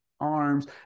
arms